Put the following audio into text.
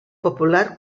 popular